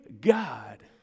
God